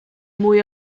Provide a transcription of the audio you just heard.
mwy